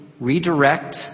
redirect